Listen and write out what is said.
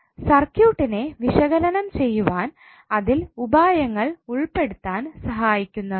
സർക്യൂട്ട്നെ വിശകലനം ചെയ്യുവാൻ അതിൽ ഉപായങ്ങൾ ഉൾപ്പെടുത്താൻ സഹായിക്കുന്നവയാണ്